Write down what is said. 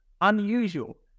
unusual